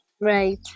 right